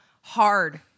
hard